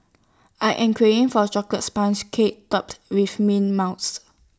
I am craving for A Chocolate Sponge Cake Topped with Mint Mousse